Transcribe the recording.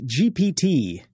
GPT